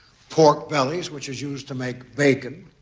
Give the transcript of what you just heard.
pork bellies which is used to make bacon,